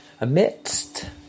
amidst